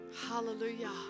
Hallelujah